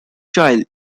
chile